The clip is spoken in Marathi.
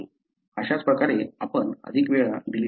अशाच प्रकारे आपण अधिक वेळा डिलिशन्स पाहतो